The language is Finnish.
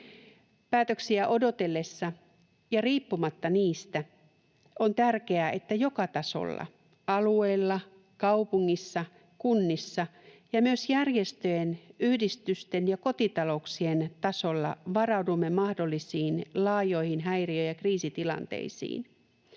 Päätöksiä odotellessa ja riippumatta niistä on tärkeää, että joka tasolla — alueilla, kaupungeissa, kunnissa ja myös järjestöjen, yhdistysten ja kotitalouksien tasolla — varaudumme mahdollisiin laajoihin häiriö- ja kriisitilanteisiin.